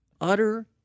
utter